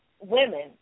women